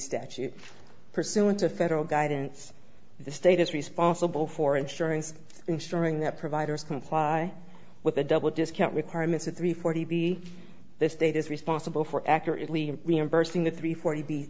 statute pursuant to federal guidance the state is responsible for insurance ensuring that providers comply with the double discount requirements at three forty b this data is responsible for accurately reimbursing the three forty the